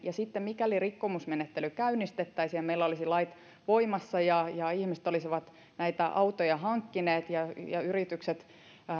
ja sitten mikäli rikkomusmenettely käynnistettäisiin ja meillä olisivat lait voimassa ja ja ihmiset olisivat näitä autoja hankkineet ja ja yritykset